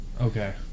Okay